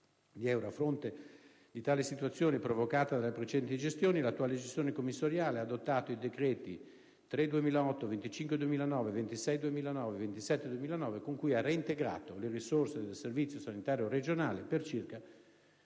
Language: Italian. A fronte di tale situazione provocata dalle precedenti gestioni, l'attuale gestione commissariale ha adottato i decreti n. 3 del 2008, n. 25 del 2009, n. 26 del 2009 e n. 27 del 2009, con cui ha reintegrato le risorse del servizio sanitario regionale per circa 115